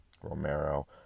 Romero